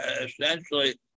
essentially